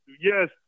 yes